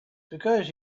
because